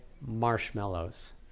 marshmallows